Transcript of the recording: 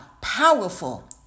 powerful